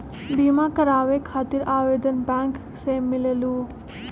बिमा कराबे खातीर आवेदन बैंक से मिलेलु?